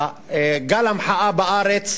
גל המחאה בארץ